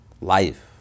life